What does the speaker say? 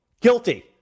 Guilty